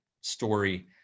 Story